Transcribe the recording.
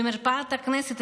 במרפאת הכנסת,